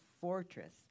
fortress